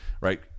right